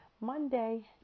Monday